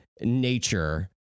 nature